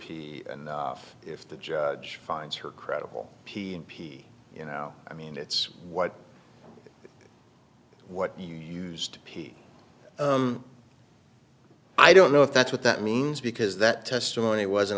and if the judge finds her credible p n p you know i mean it's what what you used to pee i don't know if that's what that means because that testimony wasn't